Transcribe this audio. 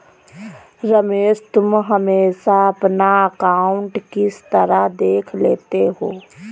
रमेश तुम हमेशा अपना अकांउट किस तरह देख लेते हो?